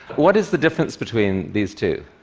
what is the difference between these two?